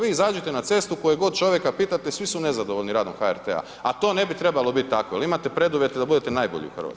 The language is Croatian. Vi izađite na cestu i kojeg god čovjeka pitate svi su nezadovoljni radom HRT-a, a to ne bi trebalo biti tako jer imate preduvjete da budete najbolji u Hrvatskoj.